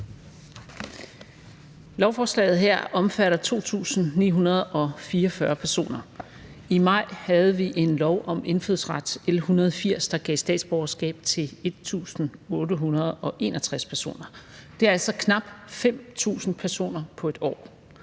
Lovforslaget her omfatter 2.944 personer. I maj havde vi en lov om indfødsret, L 180, der gav statsborgerskab til 1.861 personer. Det er altså knap 5.000 personer på et år.